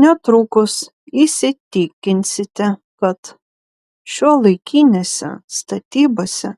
netrukus įsitikinsite kad šiuolaikinėse statybose